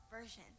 Version